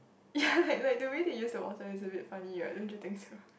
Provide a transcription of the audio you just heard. yeah like like the way they use the water was a bit funny right don't you think so